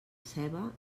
ceba